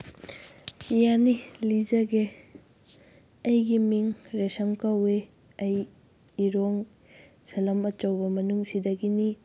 ꯌꯥꯅꯤ ꯂꯤꯖꯒꯦ ꯑꯩꯒꯤ ꯃꯤꯡ ꯔꯤꯁꯝ ꯀꯧꯏ ꯑꯩ ꯏꯔꯣꯡ ꯁꯥꯂꯝ ꯑꯆꯧꯕ ꯃꯅꯨꯡꯁꯤꯗꯒꯤꯅꯤ